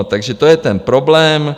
Takže to je ten problém.